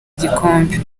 igikombe